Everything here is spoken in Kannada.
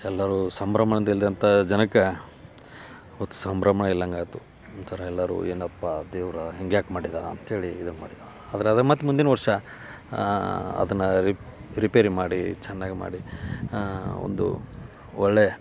ಎಲ್ಲರೂ ಸಂಭ್ರಮದಲ್ಲಂತ ಜನಕ್ಕೆ ಅವತ್ತು ಸಂಭ್ರಮ ಇಲ್ಲಂಗೆ ಆಯ್ತು ಒಂಥರ ಎಲ್ಲರೂ ಏನಪ್ಪ ದೇವ್ರು ಹಿಂಗೆ ಯಾಕೆ ಮಾಡಿದ ಅಂತ್ಹೇಳಿ ಇದು ಮಾಡಿದ ಆದ್ರೆ ಅದು ಮತ್ತು ಮುಂದಿನ ವರ್ಷ ಅದನ್ನು ರಿಪ್ ರಿಪೇರಿ ಮಾಡಿ ಚೆನ್ನಾಗಿ ಮಾಡಿ ಒಂದು ಒಳ್ಳೆಯ